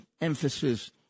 emphasis